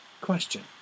question